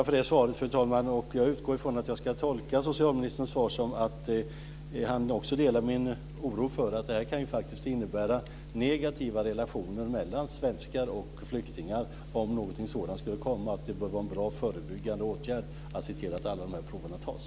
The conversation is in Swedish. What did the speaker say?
Fru talman! Tack för det svaret. Jag utgår från att jag ska tolka socialministerns svar så att han också delar min oro för att detta kan innebära negativa relationer mellan svenskar och flyktingar om någonting sådant skulle komma och att det bör vara en bra förebyggande åtgärd att se till att de här proverna tas.